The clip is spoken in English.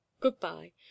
goodbye